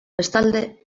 bestalde